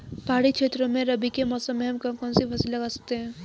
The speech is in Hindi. पहाड़ी क्षेत्रों में रबी के मौसम में हम कौन कौन सी फसल लगा सकते हैं?